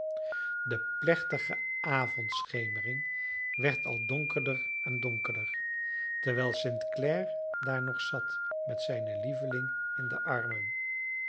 de plechtige avondschemering werd al donkerder en donkerder terwijl st clare daar nog zat met zijne lieveling in de armen